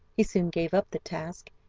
he soon gave up the task,